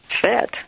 fit